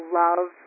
love